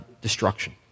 destruction